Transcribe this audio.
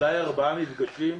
אולי ארבעה מפגשים,